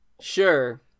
sure